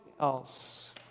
else